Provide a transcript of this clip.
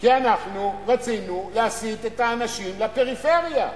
אנחנו רצינו להסיט את האנשים לפריפריה,